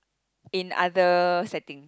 in other settings